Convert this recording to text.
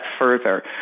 further